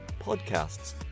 podcasts